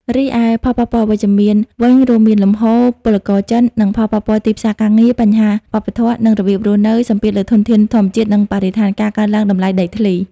រីឯផលប៉ះពាល់អវិជ្ជមានវិញរួមមាន លំហូរពលករចិន និងផលប៉ះពាល់ទីផ្សារការងារ បញ្ហាវប្បធម៌ និងរបៀបរស់នៅ សម្ពាធលើធនធានធម្មជាតិ និងបរិស្ថាន ការកើនឡើងតម្លៃដីធ្លី។